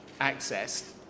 accessed